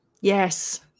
Yes